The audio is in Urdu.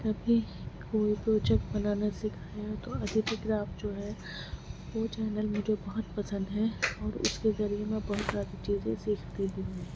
کبھی کوئی پروجیکٹ بنانا سیکھایا تو ادتیہ کراف جو ہے وہ چینل مجھے بہت پسند ہے اور اس کے ذریعے میں بہت زیادہ چیزیں سیکھتی ہوں میں